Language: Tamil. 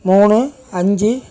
மூணு அஞ்சு